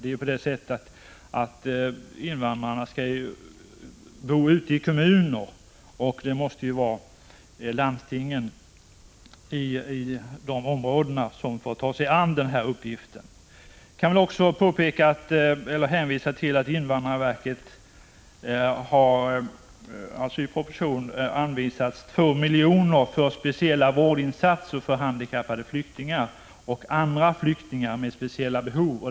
Invandrarna skall ju bo ute i kommunerna, och det måste bli landstingen som får ta sig an denna uppgift. Jag kan också hänvisa till att invandrarverket i propositionen anvisats 2 milj.kr. för speciella vårdinsatser för handikappade flyktingar och andra flyktingar med speciella behov.